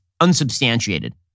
unsubstantiated